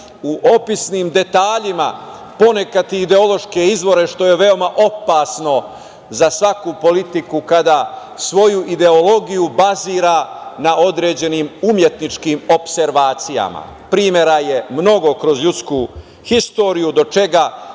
u opisnim detaljima ponekad ideološke izbore, što je veoma opasno za svaku politiku kada svoju ideologiju bazira na određenim umetničkim opservacijama. Primera je mnogo kroz ljudsku istoriju do čega